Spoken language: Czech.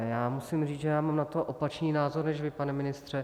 Já musím říct, že mám na to opačný názor než vy, pane ministře.